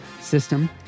system